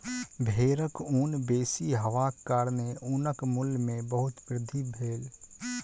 भेड़क ऊन बेसी हेबाक कारणेँ ऊनक मूल्य में बहुत वृद्धि भेल